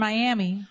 Miami